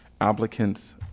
applicants